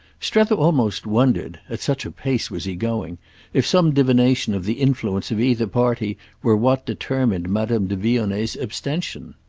strether almost wondered at such a pace was he going if some divination of the influence of either party were what determined madame de vionnet's abstention.